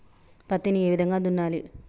పత్తిని ఏ విధంగా దున్నాలి?